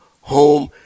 home